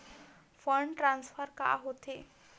Fund transfer का होथे?